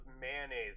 mayonnaise